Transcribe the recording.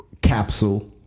Capsule